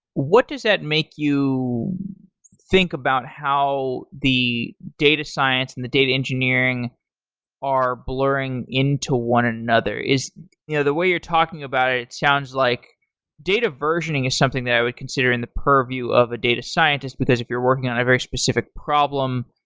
what does that make you think about how the data science and the data engineering are blurring into one another? you know the way you're talking about it, it sounds like data versioning is something that i would consider in the per-view of a data scientist, because if you're working on a very specific problem,